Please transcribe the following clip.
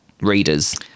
readers